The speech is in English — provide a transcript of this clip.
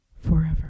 forever